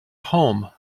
home